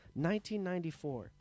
1994